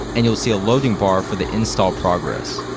and you'll see a loading bar for the install progress.